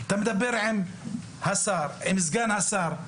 אתה מדבר עם השר, עם סגן השר.